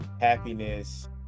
happiness